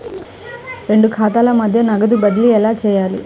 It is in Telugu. రెండు ఖాతాల మధ్య నగదు బదిలీ ఎలా చేయాలి?